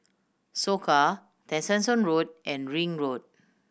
Soka Tessensohn Road and Ring Road